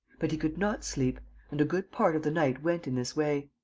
but he could not sleep and a good part of the night went in this way.